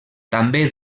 també